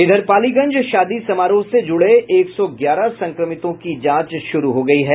इधर पालीगंज शादी समारोह से जुड़े एक सौ ग्यारह संक्रमितों की जांच शुरू हो गयी है